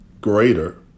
greater